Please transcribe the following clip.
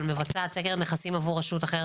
אבל מבצעת סקר נכסים עבור רשות אחרת,